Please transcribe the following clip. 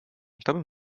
tobym